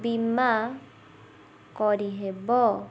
ବୀମା କରିହେବ